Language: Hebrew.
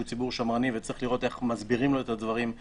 שהוא ציבור שמרני וצריך לראות איך מסבירים לו את הדברים,